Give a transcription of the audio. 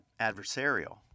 adversarial